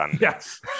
Yes